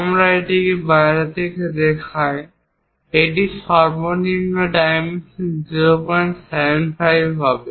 আমরা এটিকে বাইরে থেকে দেখাই এটি সর্বনিম্ন ডাইমেনশন 075 হবে